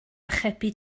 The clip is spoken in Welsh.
archebu